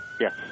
Yes